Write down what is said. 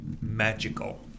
magical